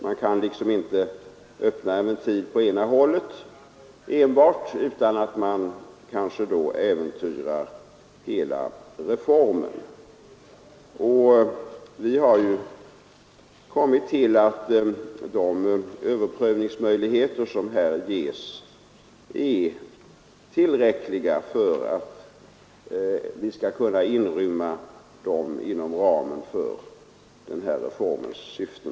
Man kan liksom inte öppna en ventil enbart på ena hållet, om man inte vill äventyra hela reformen. Vi har kommit fram till att de överprövningsmöjligheter som ges är tillräckliga för att inrymmas inom ramen för den här reformens syften.